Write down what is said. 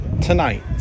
tonight